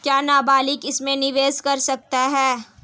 क्या नाबालिग इसमें निवेश कर सकता है?